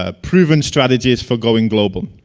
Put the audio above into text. ah proven strategies for going global.